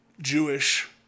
Jewish